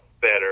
better